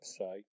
website